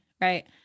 right